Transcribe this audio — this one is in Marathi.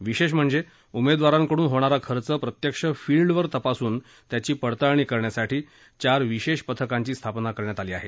विशेष म्हणजे उमेदवारांकडून होणारा खर्च प्रत्यक्ष फिल्डवर तपासून त्याची पडताळणी करण्यासाठी चार विशेष पथकांची स्थापना केली आहे